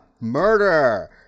murder